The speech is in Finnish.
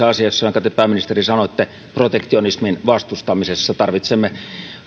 asiassa jonka te pääministeri sanoitte protektionismin vastustamisessa tarvitsemme